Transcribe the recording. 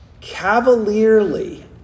cavalierly